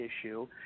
issue